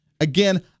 Again